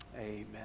Amen